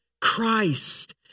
Christ